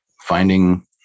finding